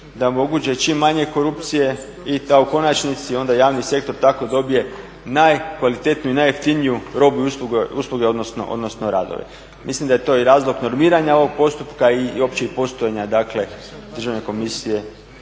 je moguće čim manje korupcije i da u konačnici onda javni sektor tako dobije najkvalitetniju i najjeftiniju robu i usluge odnosno radove. Mislim da je to i razlog normiranja ovog postupka i uopće i postojanja dakle Državne komisije